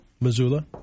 Missoula